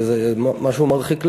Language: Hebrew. וזה משהו מרחיק לכת,